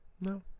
No